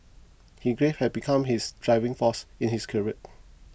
his grief had become his driving force in his career